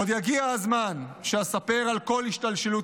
עוד יגיע הזמן שאספר על כל השתלשלות